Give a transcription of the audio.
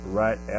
right